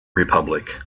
republic